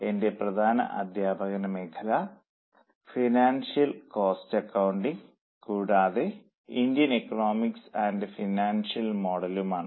എന്റെ പ്രധാന അധ്യാപന മേഖല ഫിനാൻഷ്യൽ കോസ്റ്റ് അക്കൌണ്ടിംഗ് കൂടാതെ ഇന്ത്യൻ എക്കണോമിക്സ് ആൻഡ് ഫിനാൻഷ്യൽ മോഡലുമാണ്